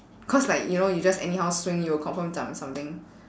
cause like you know you just anyhow swing you'll confirm zam something